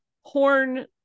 horn